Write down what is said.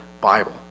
Bible